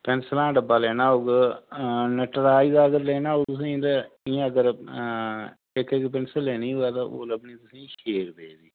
पैंसलां दा डब्बा लैना होग नटराज दा अगर लैना होग तुसें तां इ'यां अगर इक इक पिंसल लेनी होए तां ओह् लब्भनी तुसें छे रपेऽ दी